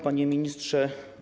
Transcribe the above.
Panie Ministrze!